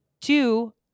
two